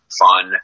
fun